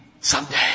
someday